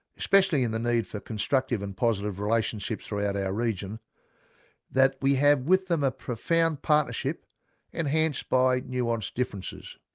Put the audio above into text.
especially in the need for constructive and positive relationships throughout our region that we have with them a profound partnership enhanced by nuanced differences.